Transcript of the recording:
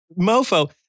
mofo